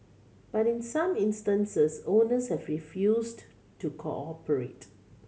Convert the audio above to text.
but in some instances owners have refused to cooperate